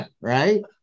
Right